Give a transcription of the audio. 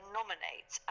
nominate